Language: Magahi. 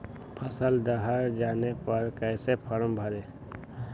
फसल दह जाने पर कैसे फॉर्म भरे?